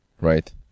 Right